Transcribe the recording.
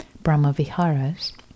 Brahma-viharas